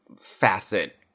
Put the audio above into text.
facet